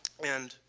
and